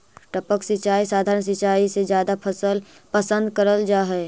टपक सिंचाई सधारण सिंचाई से जादा पसंद करल जा हे